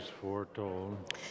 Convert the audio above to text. foretold